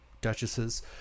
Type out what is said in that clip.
duchesses